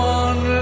one